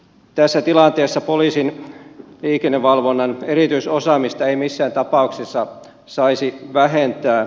tässä tilanteessa poliisin liikennevalvonnan erityisosaamista ei missään tapauksessa saisi vähentää